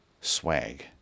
swag